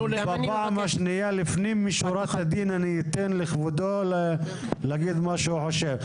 בפעם השנייה לפנים משורת הדין אני אתן לכבודו להגיד מה שהוא חושב,